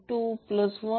389A i23